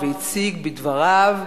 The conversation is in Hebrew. והציג בדבריו,